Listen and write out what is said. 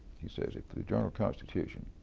he says, if the journal-constitution